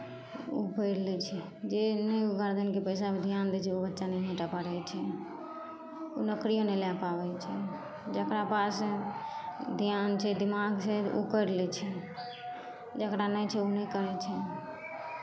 ओ पढ़ि लै छै जे नहि गार्जियनके पैसापर ध्यान दै छै ओ बच्चा नहिए टा पढ़ै छै ओ नौकरियो नहि लऽ पाबै छै जकरा पास ध्यान छै दिमाग छै ओ करि लै छै जकरा नहि छै ओ नहि करै छै